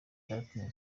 byatumye